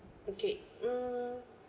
okay mm